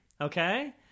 okay